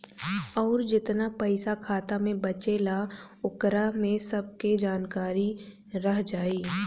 अउर जेतना पइसा खाता मे बचेला ओकरा में सब के जानकारी रह जाइ